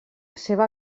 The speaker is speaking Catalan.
seva